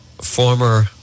former